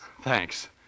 Thanks